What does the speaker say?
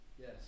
Yes